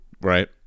right